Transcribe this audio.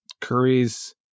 Curry's